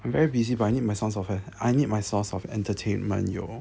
I'm very busy but I need my source of a I need my source of entertainment yo